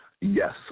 Yes